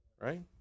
Right